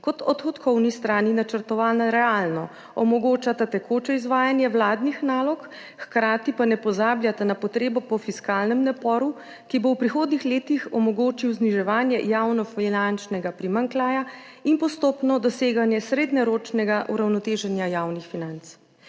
kot odhodkovni strani načrtovana realno, omogočata tekoče izvajanje vladnih nalog, hkrati pa ne pozabljata na potrebo po fiskalnem naporu, ki bo v prihodnjih letih omogočil zniževanje javnofinančnega primanjkljaja in postopno doseganje srednjeročnega uravnoteženja javnih financ.